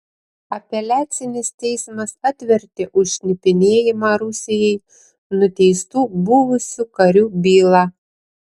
apeliacinis teismas atvertė už šnipinėjimą rusijai nuteistų buvusių karių bylą